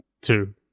two